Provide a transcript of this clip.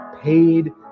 paid